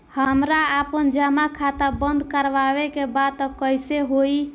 हमरा आपन जमा खाता बंद करवावे के बा त कैसे होई?